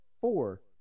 four